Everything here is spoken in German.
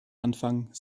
anfang